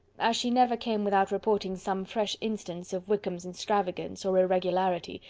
as she never came without reporting some fresh instance of wickham's extravagance or irregularity,